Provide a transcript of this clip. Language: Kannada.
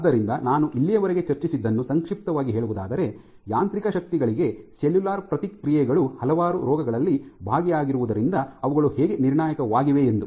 ಆದ್ದರಿಂದ ನಾನು ಇಲ್ಲಿಯವರೆಗೆ ಚರ್ಚಿಸಿದ್ದನ್ನು ಸಂಕ್ಷಿಪ್ತವಾಗಿ ಹೇಳುವುದಾದರೆ ಯಾಂತ್ರಿಕ ಶಕ್ತಿಗಳಿಗೆ ಸೆಲ್ಯುಲಾರ್ ಪ್ರತಿಕ್ರಿಯೆಗಳು ಹಲವಾರು ರೋಗಗಳಲ್ಲಿ ಭಾಗಿಯಾಗಿರುವುದರಿಂದ ಅವುಗಳು ಹೇಗೆ ನಿರ್ಣಾಯಕವಾಗಿವೆ ಎಂದು